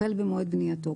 החל במועד בנייתו.